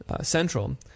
Central